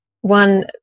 one